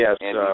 yes